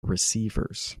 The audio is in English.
receivers